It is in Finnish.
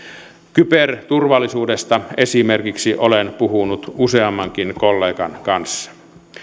kyberturvallisuudesta esimerkiksi olen puhunut useammankin kollegan kanssa